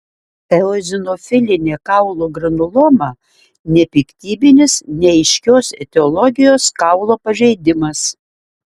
eozinofilinė kaulų granuloma nepiktybinis neaiškios etiologijos kaulo pažeidimas